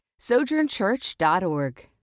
sojournchurch.org